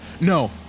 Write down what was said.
No